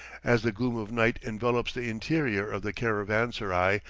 as the gloom of night envelopes the interior of the caravanserai,